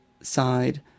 side